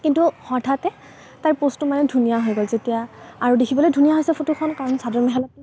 কিন্তু হঠাতে তাইৰ প'জটো মানে ধুনীয়া হৈ গ'ল যেতিয়া আৰু দেখিবলৈ ধুনীয়া হৈছে ফটোখন কাৰণ চাদৰ মেখেলাততো